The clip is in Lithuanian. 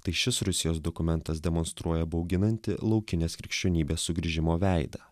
tai šis rusijos dokumentas demonstruoja bauginantį laukinės krikščionybės sugrįžimo veidą